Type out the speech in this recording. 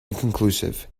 inconclusive